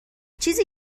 چیزی